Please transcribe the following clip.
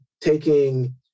taking